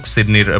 Sydney